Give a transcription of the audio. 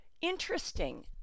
Interesting